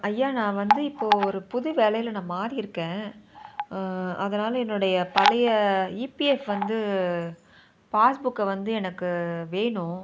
ஐயா நான் வந்து இப்போது ஒரு புது வேலையில் நான் மாறியிருக்கேன் அதனால் என்னுடைய பழைய ஈபிஎஃப் வந்து பாஸ் புக்கை வந்து எனக்கு வேணும்